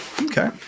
Okay